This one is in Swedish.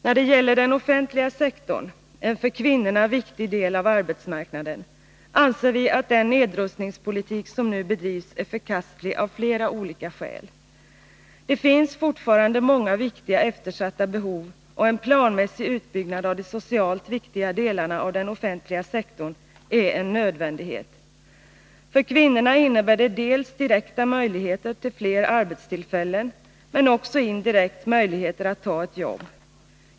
När det gäller den offentliga sektorn, en för kvinnorna viktig del av arbetsmarknaden, anser vi att den nedrustningspolitik som nu bedrivs är förkastlig av flera olika skäl. Det finns fortfarande många viktiga eftersatta behov, och en planmässig utbyggnad av de socialt viktiga delarna av den offentliga sektorn är en nödvändighet. För kvinnorna innebär det direkta möjligheter till flera arbetstillfällen, men också indirekt möjligheter att ta ett jobb.